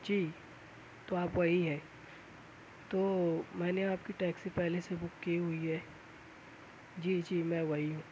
جی تو آپ وہی ہیں تو میں نے آپ کی ٹیکسی پہلے سے بک کی ہوئی ہے جی جی میں وہی ہوں